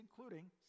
including